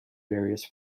various